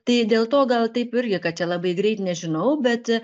tai dėl to gal taip irgi kad čia labai greit nežinau bet